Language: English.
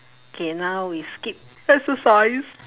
K now we skip exercise